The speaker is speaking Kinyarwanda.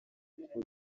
uko